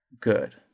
Good